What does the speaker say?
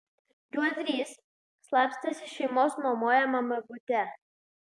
juodrys slapstėsi šeimos nuomojamame bute